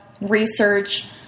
research